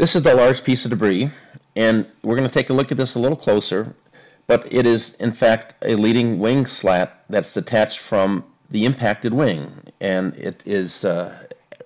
this is a large piece of debris and we're going to take a look at this a little closer but it is in fact a leading wing slap that's the tach from the impacted wing and it is